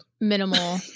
Minimal